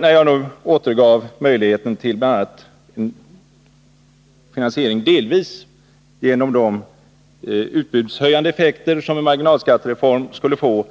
När jag nämnde bl.a. möjligheten till en delfinansiering genom de utbudshöjande effekter som en marginalskattereform skulle få,